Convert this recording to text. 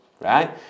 right